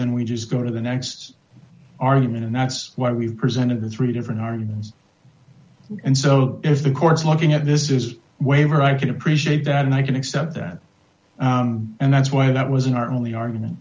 then we just go to the next argument and that's why we've presented three different arms and so as the court's looking at this is waiver i can appreciate that and i can accept that and that's why that was in our only argument